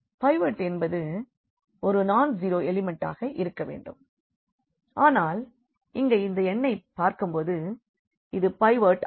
pivot என்பது ஒரு non zero எலிமெண்டாக இருக்க வேண்டும் ஆனால் இங்கே இந்த எண்ணைப் பார்க்கும்போது இது பைவோட் ஆகும்